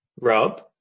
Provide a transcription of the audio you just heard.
Rob